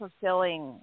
fulfilling